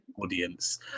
audience